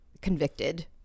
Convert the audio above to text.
convicted